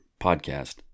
podcast